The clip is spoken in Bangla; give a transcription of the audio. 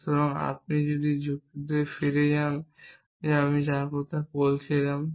সুতরাং আপনি যদি যুক্তিতে ফিরে যান যে আমরা কথা বলছিলাম